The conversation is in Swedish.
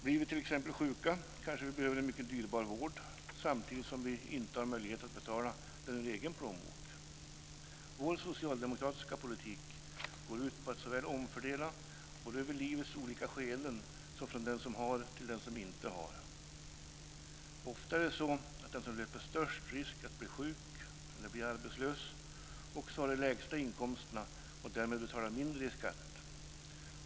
Blir vi t.ex. sjuka kanske vi behöver en mycket dyrbar vård samtidigt som vi inte har möjlighet att betala den ur egen plånbok. Vår socialdemokratiska politik går ut på att omfördela både över livets olika skeden och från den som har till den som inte har. Ofta är det så att den som löper störst risk att bli sjuk eller bli arbetslös också har de lägsta inkomsterna och därmed betalar mindre i skatt.